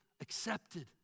accepted